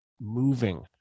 moving